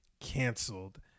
Canceled